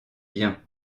bien